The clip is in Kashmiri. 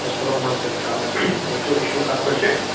أسۍ کَرو یِمن سۭتۍ تہِ کتھ وُچھو اِشوٗ کتھ پٮ۪ٹھ چھُ